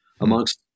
amongst